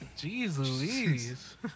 Jesus